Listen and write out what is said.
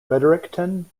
fredericton